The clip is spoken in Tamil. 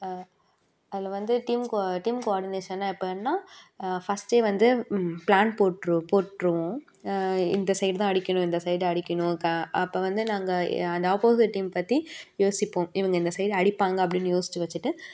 அதில் வந்து டீம் கோ டீம் கோஆர்டினேஷன்னாக எப்படின்னால் ஃபஸ்ட்டே வந்து ப்ளான் போட்டு போட்டிருவோம் இந்த சைடு தான் அடிக்கணும் இந்த சைடு அடிக்கணும் அப்போ வந்து நாங்கள் அந்த ஆப்போசிட் டீம் பற்றி யோசிப்போம் இவங்க இந்த சைடு அடிப்பாங்க அப்படின்னு யோசிச்சு வச்சுட்டு